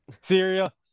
Syria